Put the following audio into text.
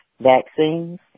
vaccines